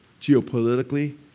Geopolitically